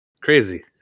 Crazy